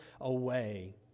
away